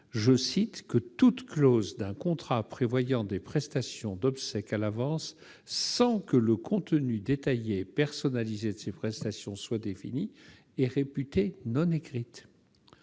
cet article, « toute clause d'un contrat prévoyant des prestations d'obsèques à l'avance sans que le contenu détaillé et personnalisé de ces prestations soit défini est réputée non écrite ».